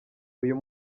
uyu